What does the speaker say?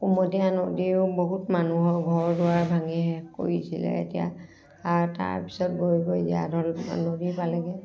কুমতীয়া নদীয়েও বহুত মানুহৰ ঘৰ দুৱাৰ ভাঙি শেষ কৰিছিলে এতিয়া আৰু তাৰ পিছত বৈ বৈ জীয়া ঢল নদী পালেগৈ